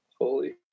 Holy